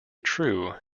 true